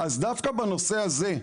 אז דווקא בנושא הזה,